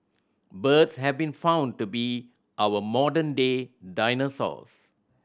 birds have been found to be our modern day dinosaurs